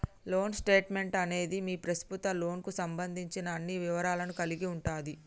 loan statement అనేది మీ ప్రస్తుత లోన్కు సంబంధించిన అన్ని వివరాలను కలిగి ఉంటది